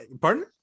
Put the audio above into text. Pardon